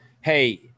Hey